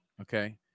okay